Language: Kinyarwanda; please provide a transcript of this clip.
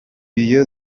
iyo